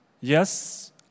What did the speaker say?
yes